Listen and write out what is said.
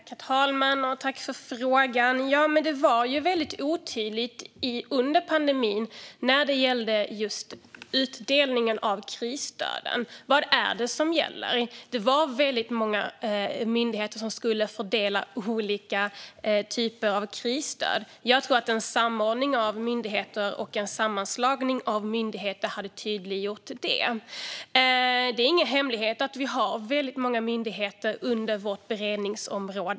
Herr talman! Jag tackar för frågan. Det var otydligt under pandemin när det gällde utdelningen av krisstöden. Vad är det som gäller? Det var många myndigheter som skulle fördela olika typer av krisstöd. Jag tror att en samordning av myndigheter och en sammanslagning av myndigheter hade tydliggjort den saken. Det är ingen hemlighet att det finns många myndigheter under vårt beredningsområde.